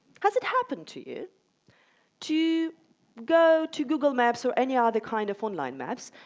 has it happened to you to go to google maps or any other kind of online maps,